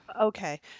okay